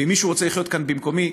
ואם מישהו רוצה לחיות כאן במקומי,